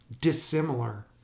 dissimilar